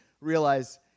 realize